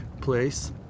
place